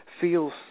feels